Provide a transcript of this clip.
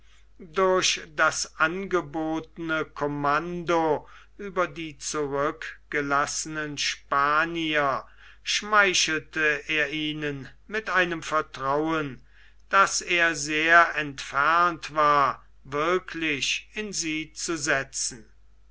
durch das angebotene commando über die zurückgelassenen spanier schmeichelte er ihnen mit einem vertrauen das er sehr entfernt war wirklich in sie zu setzen